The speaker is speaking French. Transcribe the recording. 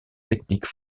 techniques